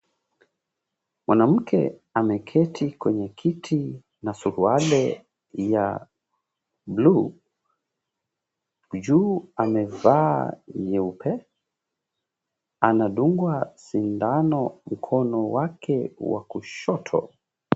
Mwanamke ameketi kwenye kiti na suruali ya blue , juu amevaa nyeupe, anadungwa sindani mkono wake wa kushoto.